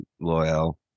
Loyal